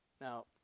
Now